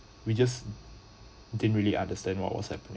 we just didn't really understand what was happening